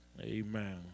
Amen